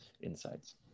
insights